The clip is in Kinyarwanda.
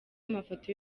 amafoto